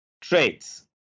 traits